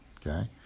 okay